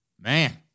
Man